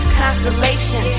constellation